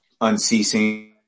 unceasing